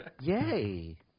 Yay